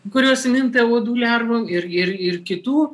kurios įminta uodų lervų ir ir ir kitų